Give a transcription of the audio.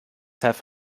have